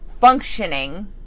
functioning